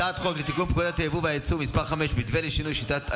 הצעת חוק לתיקון פקודת היבוא והיצוא (מס' 5) (מתווה לשינוי שיטת היבוא(,